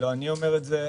לא אני אומר את זה,